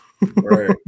Right